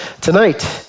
tonight